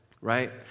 right